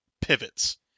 pivots